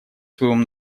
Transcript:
своем